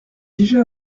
déjà